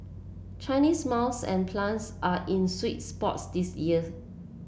Chinese mills and plants are in sweet spot this year